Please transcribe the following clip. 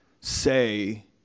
say